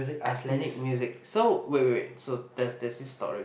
Icelandic music so wait wait wait so there's there's this story